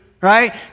right